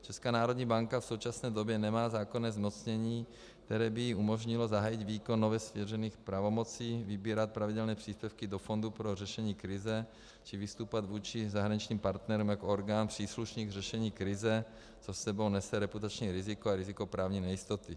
Česká národní banka v současné době nemá zákonné zmocnění, které by jí umožnilo zahájit výkon nově svěřených pravomocí vybírat pravidelné příspěvky do fondu pro řešení krize či vystupovat vůči zahraničním partnerům jako orgán příslušný k řešení krize, což s sebou nese reputační riziko a riziko právní nejistoty.